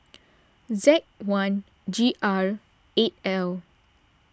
Z one G R eight L